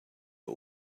oar